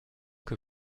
que